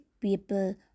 people